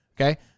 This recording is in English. okay